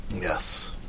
Yes